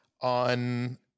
on